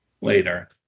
later